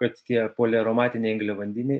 kad tie poliaromatiniai angliavandeniai